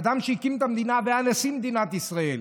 אדם שהקים את המדינה והיה נשיא מדינת ישראל,